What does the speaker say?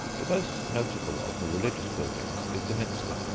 the most notable of the religious buildings is the minster,